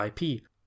IP